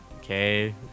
Okay